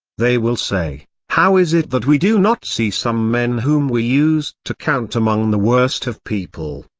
they will say, how is it that we do not see some men whom we used to count among the worst of people?